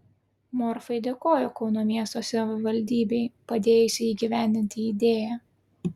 morfai dėkojo kauno miesto savivaldybei padėjusiai įgyvendinti idėją